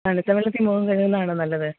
തണുത്ത വെള്ളത്തിൽ മുഖം കഴുകുന്നതാണോ നല്ലത്